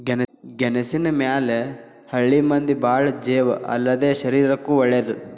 ಗೆಣಸಿನ ಮ್ಯಾಲ ಹಳ್ಳಿ ಮಂದಿ ಬಾಳ ಜೇವ ಅಲ್ಲದೇ ಶರೇರಕ್ಕೂ ವಳೇದ